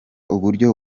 uburyo